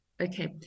Okay